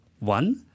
One